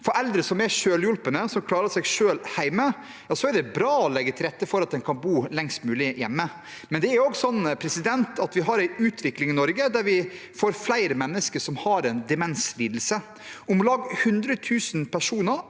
For eldre som er selvhjulpne, og som klarer seg selv hjemme, er det bra å legge til rette for at en kan bo lengst mulig hjemme, men det er også sånn at vi har en utvikling i Norge der vi får flere mennesker med demenslidelse. Om lag 100 000 personer